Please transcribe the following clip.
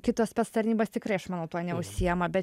kitos spectarnybos tikrai aš manau tuo neužsiima bet